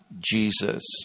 jesus